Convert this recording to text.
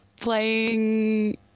Playing